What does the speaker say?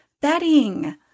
bedding